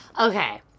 Okay